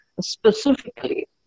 specifically